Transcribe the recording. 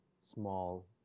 small